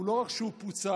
ולא רק שהוא פוצל,